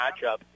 matchup